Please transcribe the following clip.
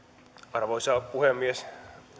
arvoisa puhemies